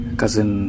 cousin